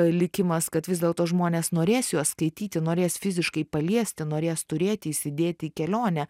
likimas kad vis dėlto žmonės norės juos skaityti norės fiziškai paliesti norės turėti įsidėti į kelionę